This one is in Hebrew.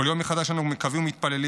כל יום מחדש אנחנו מקווים ומתפללים